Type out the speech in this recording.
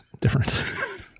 different